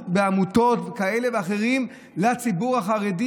בעמותות כאלה ואחרות לציבור החרדי?